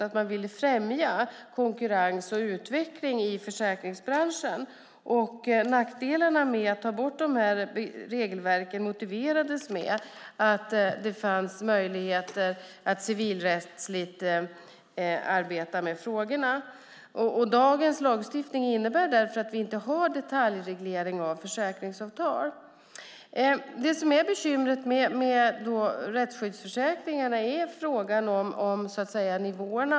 Motivet var just att främja konkurrens och utveckling i försäkringsbranschen. Fördelarna med att ta bort regelverken motiverades med att det fanns möjligt att civilrättsligt arbeta med frågorna. Dagens lagstiftning innebär därför att vi inte har detaljreglering av försäkringsavtal. Det som är bekymret med rättsskyddsförsäkringarna är frågan om nivåerna.